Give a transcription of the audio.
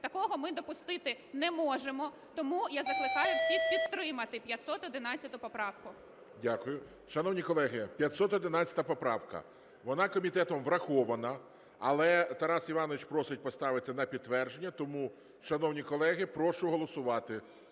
Такого ми допустити не можемо. Тому я закликаю всіх підтримати 511 поправку. ГОЛОВУЮЧИЙ. Дякую. Шановні колеги, 511 поправка, вона комітетом врахована, але Тарас Іванович просить поставити на підтвердження. Тому, шановні колеги, прошу голосувати.